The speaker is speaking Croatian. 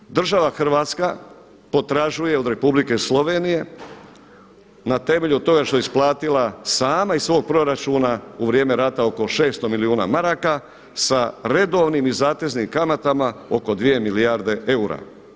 Prema tome, država Hrvatska potražuje od Republike Slovenije na temelju toga što je isplatila sama iz svog proračuna u vrijeme rata oko 600 milijuna maraka sa redovnim i zateznim kamatama oko 2 milijarde eura.